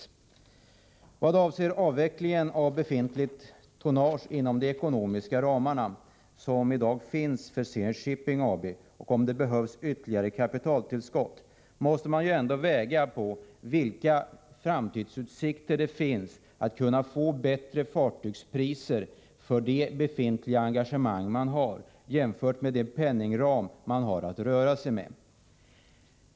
I vad avser avvecklingen av befintligt tonnage inom de ekonomiska ramar som i dag finns för Zenit Shipping AB och behovet av ytterligare kapitaltillskott måste det vägas in vilka framtidsutsikterna är för att kunna få bättre fartygspriser för det befintliga engagemang man har jämfört med de pengar man har att röra sig med.